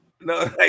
no